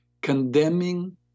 condemning